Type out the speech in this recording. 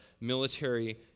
military